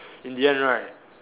in the end right